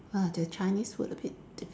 ah the Chinese food a bit diffi~